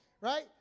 right